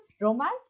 romance